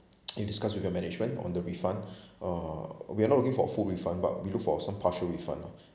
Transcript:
you've discuss with your management on the refund uh we are not looking for a full refund but we look for some partial refund lah